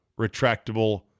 retractable